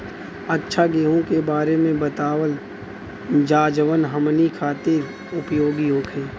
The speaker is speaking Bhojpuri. अच्छा गेहूँ के बारे में बतावल जाजवन हमनी ख़ातिर उपयोगी होखे?